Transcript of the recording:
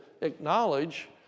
acknowledge